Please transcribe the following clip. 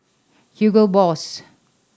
Hugo Boss